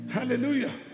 Hallelujah